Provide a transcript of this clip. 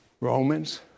Romans